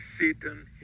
Satan